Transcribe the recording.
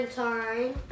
time